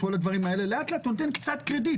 לאט לאט לתת קצת קרדיט.